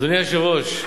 אדוני היושב-ראש,